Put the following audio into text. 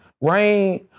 rain